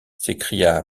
s’écria